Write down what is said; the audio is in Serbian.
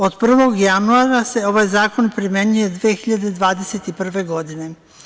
Od 1. januara se ovaj zakon primenjuje 2021. godine.